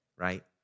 right